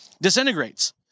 disintegrates